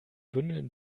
bündeln